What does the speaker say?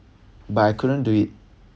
but I couldn't do it